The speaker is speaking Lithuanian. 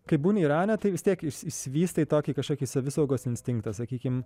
kai būni irane tai vis tiek išsi išsivystai tokį kažkokį savisaugos instinktas sakykim